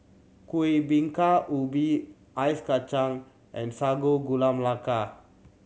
Kuih Bingka Ubi ice kacang and Sago Gula Melaka